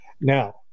Now